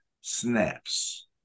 snaps